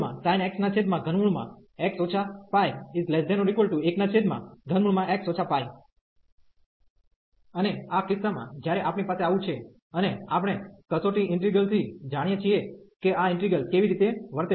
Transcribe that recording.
sin x 3x π13x π અને આ કિસ્સામાં જ્યારે આપણી પાસે આવું છે અને આપણે કસોટી ઇન્ટિગલ થી જાણીએ છીએ કે આ ઈન્ટિગ્રલ કેવી રીતે વર્તે છે